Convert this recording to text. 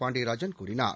பாண்டியராஜன் கூறினார்